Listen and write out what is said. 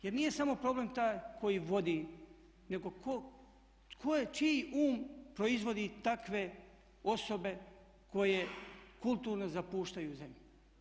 Jer nije samo problem taj koji vodi, nego tko je čiji um proizvodi takve osobe koje kulturno zapuštaju zemlju?